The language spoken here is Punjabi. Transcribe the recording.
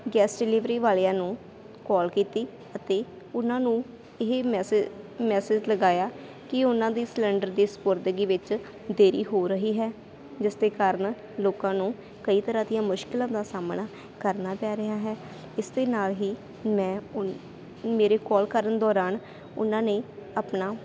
ਗੈਸ ਡਿਲੀਵਰੀ ਵਾਲਿਆਂ ਨੂੰ ਕੋਲ ਕੀਤੀ ਅਤੇ ਉਹਨਾਂ ਨੂੰ ਇਹ ਮੈਸੇਜ ਮੈਸੇਜ ਲਗਾਇਆ ਕਿ ਉਹਨਾਂ ਦੀ ਸਿਲੰਡਰ ਦੀ ਸਪੁਰਦਗੀ ਵਿੱਚ ਦੇਰੀ ਹੋ ਰਹੀ ਹੈ ਜਿਸ ਦੇ ਕਾਰਨ ਲੋਕਾਂ ਨੂੰ ਕਈ ਤਰ੍ਹਾਂ ਦੀਆਂ ਮੁਸ਼ਕਲਾਂ ਦਾ ਸਾਹਮਣਾ ਕਰਨਾ ਪੈ ਰਿਹਾ ਹੈ ਇਸ ਦੇ ਨਾਲ ਹੀ ਮੈਂ ਉਨ ਮੇਰੇ ਕੋਲ ਕਰਨ ਦੌਰਾਨ ਉਹਨਾਂ ਨੇ ਆਪਣਾ